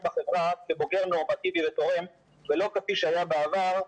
בחברה כבוגר נורמטיבי ותורם ולא כפי שהיה בעבר,